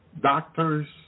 doctors